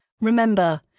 Remember